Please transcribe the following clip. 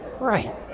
Right